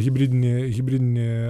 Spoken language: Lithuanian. hibridinį hibridinį